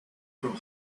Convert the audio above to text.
from